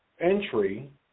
entry